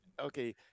Okay